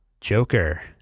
Joker